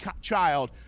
child